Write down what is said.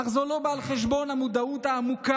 אך זו לא באה על חשבון המודעות העמוקה